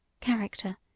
Character